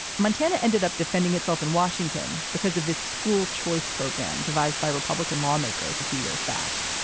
montana ended up defending itself in washington because of this school choice program devised by republican lawmakers a few years back.